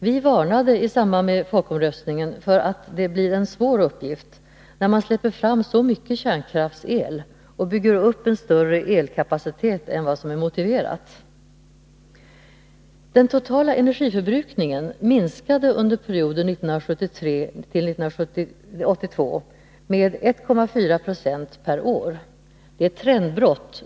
Vi varnade i samband med folkomröstningen för att det blir en svår uppgift, när man släpper fram så mycket kärnkraftsel och bygger upp en större elkapacitet än vad som är motiverat. Den totala energiförbrukningen minskade under perioden 1973-1982 med 1,4 20 per år. Det är ett trendbrott.